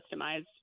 customized